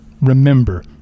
Remember